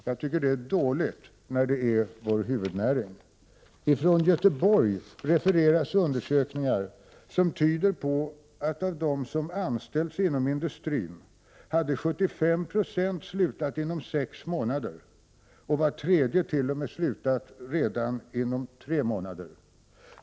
Jag tycker att det är dåligt, när det är fråga om vår huvudnäring. Från Göteborg refereras undersökningar som tyder på att av dem som anställts inom industrin hade 75 96 slutat inom sex månader och var tredje t.o.m. slutat redan inom tre månader.